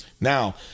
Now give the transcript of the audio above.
Now